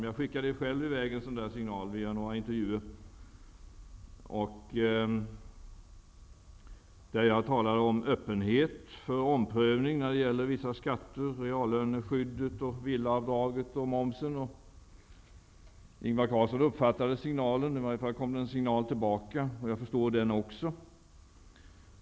Jag skickade själv i väg en signal via några intervjuer där jag talade om öppenhet för omprövning när det gäller vissa skatter, reallöneskyddet, villaavdraget och momsen. Ingvar Carlsson uppfattade signalen. Det kom i alla fall en signal tillbaka, och jag förstår den också.